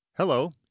Hello